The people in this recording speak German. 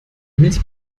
mich